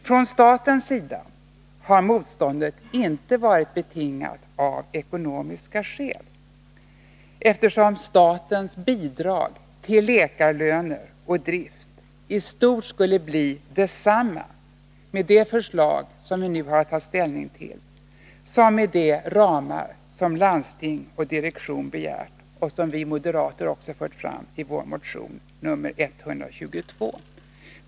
Från statens sida har motståndet inte varit betingat av ekonomiska skäl, eftersom statens bidrag till läkarlöner och drift i stort sett skulle bli detsamma med det förslag vi nu har att ta ställning till som med det som landsting och direktion begärt och som vi moderater också fört fram i vår motion nr 122.